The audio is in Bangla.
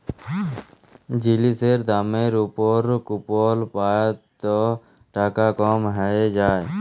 জিলিসের দামের উপর কুপল পাই ত টাকা কম হ্যঁয়ে যায়